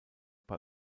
bei